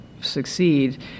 succeed